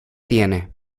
tiene